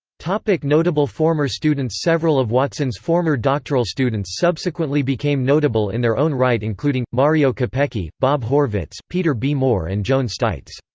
like notable former students several of watson's former doctoral students subsequently became notable in their own right including, mario capecchi, bob horvitz, peter b. moore and joan steitz.